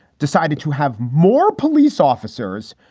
decided to have more police officers,